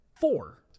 four